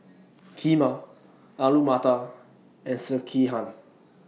Kheema Alu Matar and Sekihan